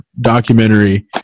documentary